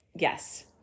Yes